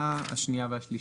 השנייה והשלישית."